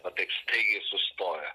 va taip staigiai sustoja